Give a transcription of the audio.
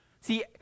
See